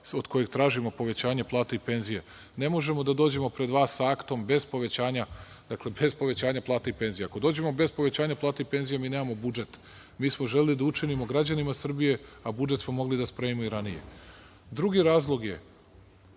od kojeg tražimo povećanje plata i penzija. Ne možemo da dođemo pred vas sa aktom bez povećanja plata i penzija. Ako dođemo bez povećanja plata i penzija, mi nemamo budžet. Mi smo želeli da učinimo građanima Srbije, a budžet smo mogli da spremimo i ranije. Drugi razlog je